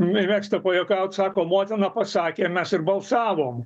mėgsta pajuokaut sako motina pasakė mes ir balsavom